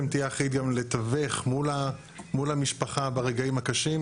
תהיה אחראית גם לתווך מול המשפחה ברגעים הקשים,